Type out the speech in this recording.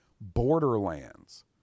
Borderlands